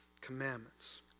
Commandments